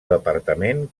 departament